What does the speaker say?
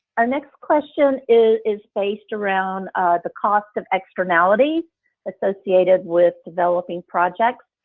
our next question is based around the cost of externality associated with developing projects.